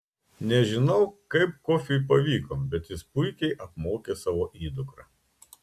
nežinau kaip kofiui pavyko bet jis puikiai apmokė savo įdukrą